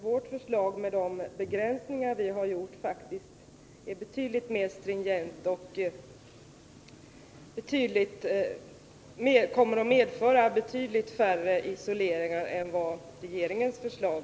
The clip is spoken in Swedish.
Vårt förslag, med de begränsningar vi har gjort, är faktiskt betydligt mer stringent och kommer att medföra betydligt färre isoleringar än regeringens förslag.